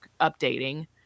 updating